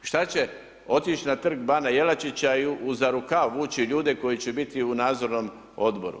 Šta će otić na Trg bana Jelačića i za rukav vući ljude koji će biti u nadzornom odboru?